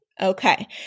Okay